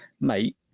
mate